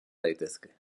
daitezke